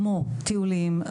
כמו טיולים,